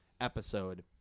episode